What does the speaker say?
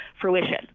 fruition